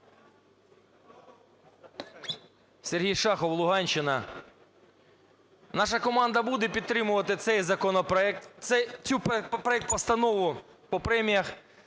Сергій Шахов, Луганщина. Наша команда буде підтримувати цей законопроект, цей проект постанови по преміях.